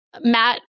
Matt